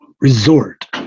resort